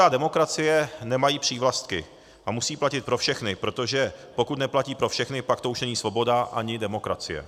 Svoboda a demokracie nemají přívlastky a musí platit pro všechny, protože pokud neplatí pro všechny, pak to už není svoboda ani demokracie.